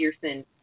Pearson